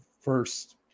first